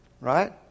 Right